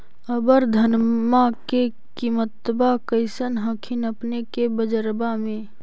अबर धानमा के किमत्बा कैसन हखिन अपने के बजरबा में?